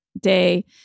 day